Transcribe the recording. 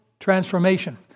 transformation